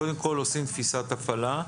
קודם כל עושים תפיסת הפעלה,